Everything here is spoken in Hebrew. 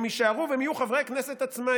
הם יישארו והם יהיו חברי כנסת עצמאיים.